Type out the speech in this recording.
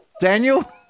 Daniel